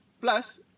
Plus